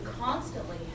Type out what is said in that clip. constantly